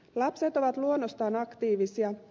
lapset ovat luonnostaan aktiivisia